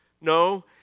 No